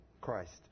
Christ